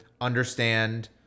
understand